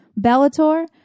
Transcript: Bellator